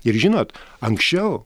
ir žinot anksčiau